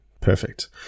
Perfect